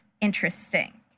Interesting